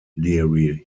leary